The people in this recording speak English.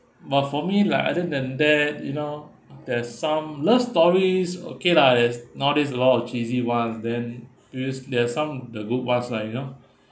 but for me like other than that you know there's some love stories okay lah as nowadays a lot of cheesy one then u~ s~ there're some the good ones lah you know